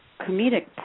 comedic